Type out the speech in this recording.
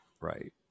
Right